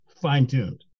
fine-tuned